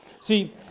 See